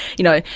you know,